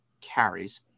carries